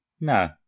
No